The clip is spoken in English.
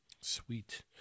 Sweet